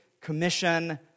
commission